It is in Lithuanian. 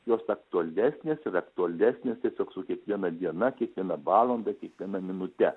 jos aktualesnės ir aktualesnės tiesiog su kiekviena diena kiekviena valanda kiekviena minute